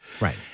right